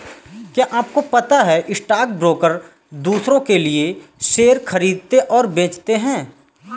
क्या आपको पता है स्टॉक ब्रोकर दुसरो के लिए शेयर खरीदते और बेचते है?